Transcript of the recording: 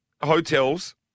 hotels